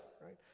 right